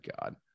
God